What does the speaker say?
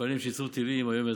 מפעלים שייצרו טילים היום מייצרים,